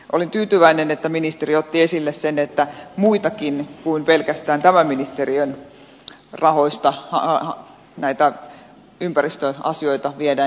olin tyytyväinen että ministeri otti esille sen että muistakin kuin pelkästään tämän ministeriön rahoista näitä ympäristöasioita viedään eteenpäin